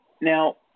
Now